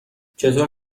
چطور